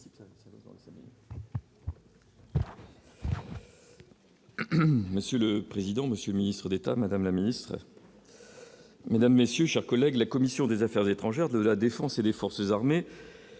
Monsieur le président, Monsieur le Ministre d'État, madame la ministre. Mesdames, messieurs, chers collègues, la commission des affaires étrangères de la Défense et des forces armées.